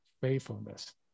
faithfulness